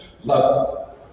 Love